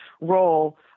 role